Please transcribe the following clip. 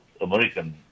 American